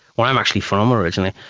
where i'm actually from um originally.